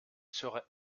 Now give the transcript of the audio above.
serait